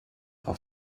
auf